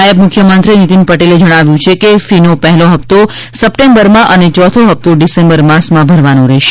નાયબ મુખ્યમંત્રી નીતીન પટેલે જણાવ્યું છે કે ફીનો પહેલો હપ્તો સપ્ટેમ્બરમાં અને ચોથો હપ્તો ડિસેમ્બર માસમાં ભરવાનો રહેશે